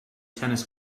tennis